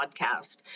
podcast